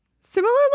Similarly